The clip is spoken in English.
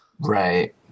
Right